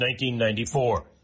1994